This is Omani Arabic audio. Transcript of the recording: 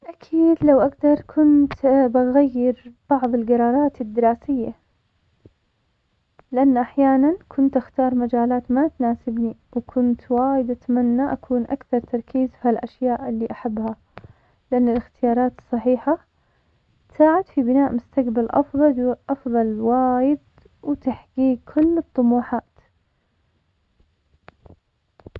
أكيد لو أقدر كنت بغير بعض القرارات الدراسية, لأن أحيانا كنت أختار مجالات ما تناسبني, وكنت أتمنى أكون أكتر تركيز في هي الأشياء اللي أحبها, لأن الإختيارات الصحيحة, تساعد في بناء مستقبل أفضل ل- أفضل وايد, وتحقيق كل الطموحات.